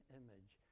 image